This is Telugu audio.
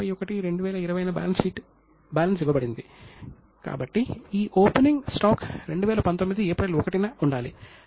మోసపూరిత లావాదేవీలను కనిపెట్టడానికి మరియు ఆర్థిక నివేదికలను తప్పుగా చెప్పినందుకు అకౌంటెంట్లను శిక్షించడానికి సమగ్రమైన ప్రక్రియ ఉండేది